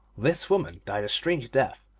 this woman died a strange death,